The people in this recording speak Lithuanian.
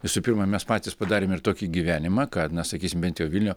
visų pirma mes patys padarėm ir tokį gyvenimą kad na sakysim bent jau vilniuj